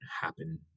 happen